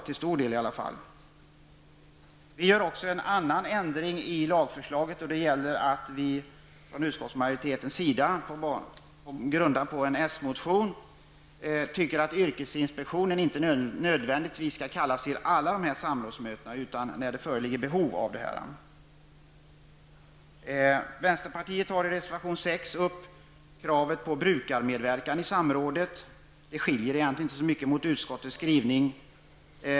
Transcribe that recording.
Vi föreslår också en annan ändring i lagen. Vi menar från utskottsmajoritetens sida -- vi grundar oss på en s-motion -- att representanter för yrkesinspektionen inte nödvändigtvis skall kallas till alla dessa samrådsmöten utan bara när behov föreligger. Vänsterpartiet tar i reservation 6 upp kravet på brukarmedverkan i samråd. Det skiljer egentligen inte så mycket mot utskottsmajoritetens skrivning.